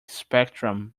spectrum